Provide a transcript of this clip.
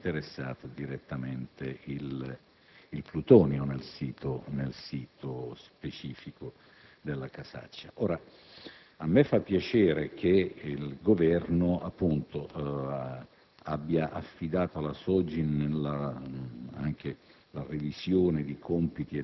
che vedono interessato direttamente il plutonio nel sito specifico della Casaccia. A me fa piacere che il Governo abbia affidato alla SOGIN